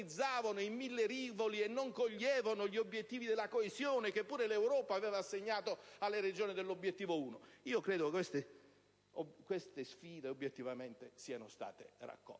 in mille rivoli e non coglievano gli obiettivi della coesione, che pure l'Europa aveva assegnato alle Regioni dell'obiettivo 1. Io credo che tali sfide siano state obiettivamente raccolte.